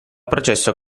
processo